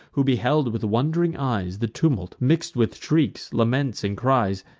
who beheld with wond'ring eyes the tumult mix'd with shrieks, laments, and cries,